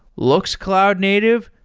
looks cloud native,